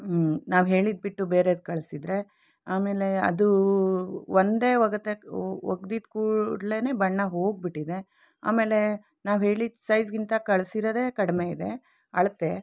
ನಾವು ಹೇಳಿದ್ದು ಬಿಟ್ಟು ಬೇರೆದು ಕಳಿಸಿದ್ರೆ ಆಮೇಲೆ ಅದು ಒಂದೇ ಒಗೆತಕ್ಕೆ ಒಗ್ದಿದ್ದ ಕೂಡ್ಲೇ ಬಣ್ಣ ಹೋಗಿಬಿಟ್ಟಿದೆ ಆಮೇಲೆ ನಾವು ಹೇಳಿದ್ದ ಸೈಝ್ಗಿಂತ ಕಳಿಸಿರೋದೇ ಕಡಿಮೆ ಇದೆ ಅಳತೆ